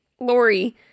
Lori